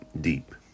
deep